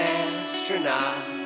astronaut